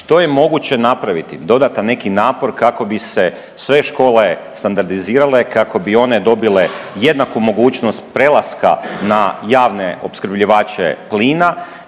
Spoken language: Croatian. Što je moguće napraviti dodatan neki napor kako bi se sve škole standardizirale kako bi one dobile jednaku mogućnost prelaska na javne opskrbljivače plina